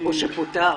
-- או שפוטר.